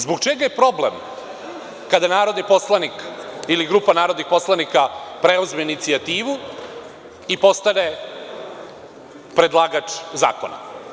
Zbog čega je problem kada narodni poslanik ili grupa narodnih poslanika preuzme inicijativu i postanu predlagač zakona?